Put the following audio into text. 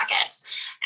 buckets